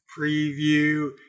preview